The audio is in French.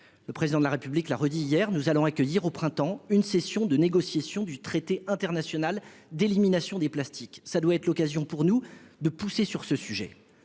Le Président de la République l'a redit hier, nous accueillerons au printemps une session de négociations du traité international sur l'élimination des plastiques. Ce doit être l'occasion pour nous de pousser sur le sujet.